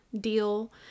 deal